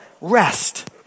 rest